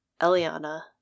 Eliana